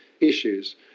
issues